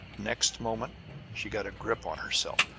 next moment she got a grip on herself.